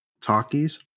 talkies